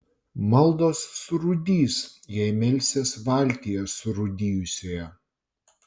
maldos surūdys jei melsies valtyje surūdijusioje